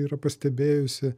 yra pastebėjusi